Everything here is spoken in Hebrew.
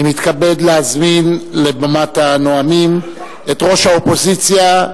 אני מתכבד להזמין לבמת הנואמים את ראש האופוזיציה,